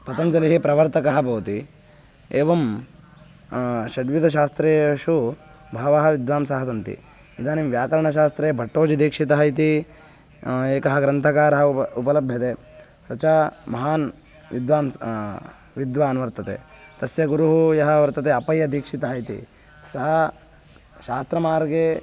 पतञ्जलिः प्रवर्तकः भवति एवं षड्विधशास्त्रेषु बहवः विद्वांसः सन्ति इदानीं व्याकरणशास्त्रे भट्टोजिदीक्षितः इति एकः ग्रन्थकारः उप उपलभ्यते स च महान् विद्वांसः विद्वान् वर्तते तस्य गुरुः यः वर्तते अप्पय्यदीक्षितः इति सः शास्त्रमार्गे